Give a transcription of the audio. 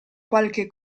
qualche